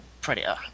Predator